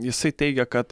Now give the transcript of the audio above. jisai teigia kad